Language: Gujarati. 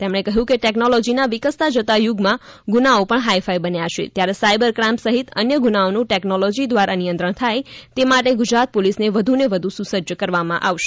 તેમણે કહ્યું કે ટેકનોલોજીના વિકસતા જતાં યુગમાં ગુનાઓ પણ હાઇફાઇ બન્યા છે ત્યારે સાઇબર ક્રાઇમ સહિત અન્ય ગુનાઓનું ટેકનોલોજી દ્વારા નિયંત્રણ થાય તે માટે ગુજરાત પોલીસને વધુને વધુ સુસજ્જ કરવામાં આવશે